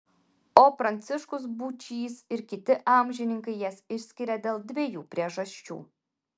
o pranciškus būčys ir kiti amžininkai jas išskiria dėl dviejų priežasčių